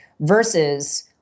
Versus